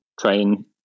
train